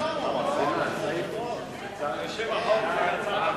שם החוק נתקבל.